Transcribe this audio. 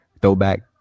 throwback